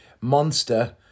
Monster